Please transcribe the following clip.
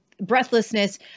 breathlessness